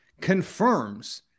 confirms